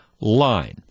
line